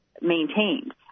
maintained